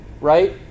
right